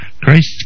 Christ